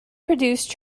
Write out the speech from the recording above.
produced